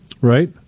Right